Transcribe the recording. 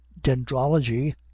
dendrology